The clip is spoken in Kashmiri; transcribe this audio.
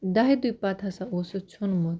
دَہہِ دُہۍ پَتہٕ ہسا اوس سُہ ژھیٛونمُت